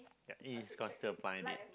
it is considered a blind date